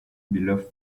beloved